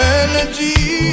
energy